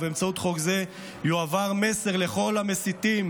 ובאמצעות חוק זה יועבר מסר לכל המסיתים